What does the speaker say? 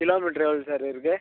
kilometre எவ்வளோ sir இதுக்கு